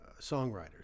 songwriters